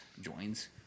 joins